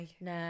No